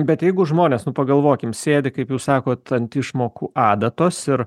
bet jeigu žmonės nu pagalvokim sėdi kaip jūs sakot ant išmokų adatos ir